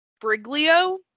Briglio